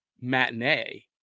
matinee